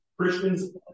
Christians